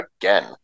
again